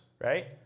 right